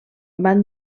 van